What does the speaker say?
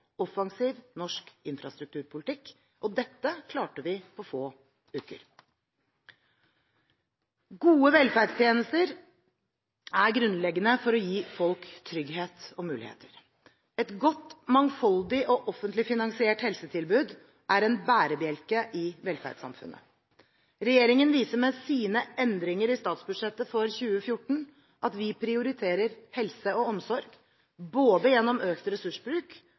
offensiv norsk infrastrukturpolitikk. Og dette klarte vi på få uker. Gode velferdstjenester er grunnleggende for å gi folk trygghet og muligheter. Et godt, mangfoldig og offentlig finansiert helsetilbud er en bærebjelke i velferdssamfunnet. Regjeringen viser med sine endringer i statsbudsjettet for 2014 at vi prioriterer helse og omsorg, gjennom både økt ressursbruk